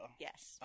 Yes